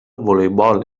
voleibol